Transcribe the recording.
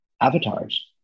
avatars